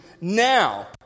now